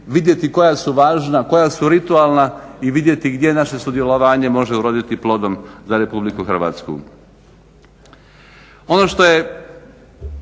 vidjeti koja su važna, koja su ritualna i vidjeti gdje naše sudjelovanje može uroditi plodom za RH.